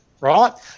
Right